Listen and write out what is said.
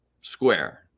square